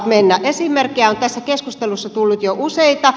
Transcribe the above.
esimerkkejä on tässä keskustelussa tullut jo useita